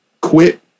quit